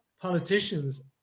politicians